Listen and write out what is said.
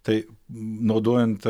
tai naudojant